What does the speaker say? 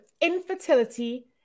infertility